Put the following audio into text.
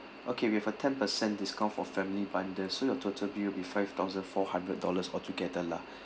okay with a ten percent discount for family bundle so your total will be five thousand four hundred dollars altogether lah